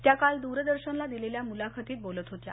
त्या काल दूरदर्शनला दिलेल्या मुलाखतीत बोलत होत्या